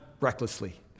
recklessly